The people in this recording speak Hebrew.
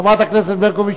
חברת הכנסת ברקוביץ,